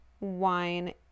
wine